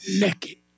naked